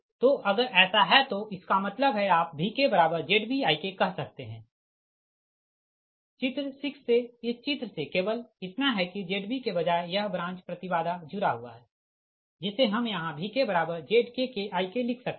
तो अगर ऐसा है तो इसका मतलब है आप VkZbIk कह सकते है या चित्र 6 से इस चित्र से केवल इतना है कि Zb के बजाय यह ब्रांच प्रति बाधा जुड़ा है जिसे हम यहाँVkZkkIk लिख सकते हैं